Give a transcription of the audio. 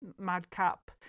madcap